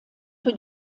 für